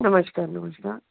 नमस्कार नमस्कार